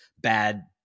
bad